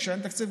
וכשאין תקציב,